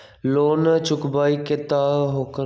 Loan चुकबई त ओकर ब्याज कथि चलतई?